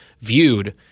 viewed